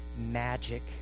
magic